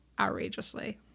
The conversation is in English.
outrageously